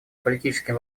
политическим